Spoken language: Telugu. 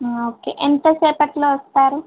ఓకే ఎంత సేపటిలో వస్తారు